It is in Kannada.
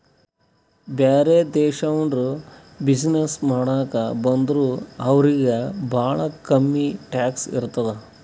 ಬ್ಯಾರೆ ದೇಶನವ್ರು ಬಿಸಿನ್ನೆಸ್ ಮಾಡಾಕ ಬಂದುರ್ ಅವ್ರಿಗ ಭಾಳ ಕಮ್ಮಿ ಟ್ಯಾಕ್ಸ್ ಇರ್ತುದ್